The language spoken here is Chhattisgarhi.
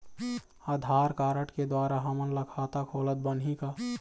आधार कारड के द्वारा हमन ला खाता खोलत बनही का?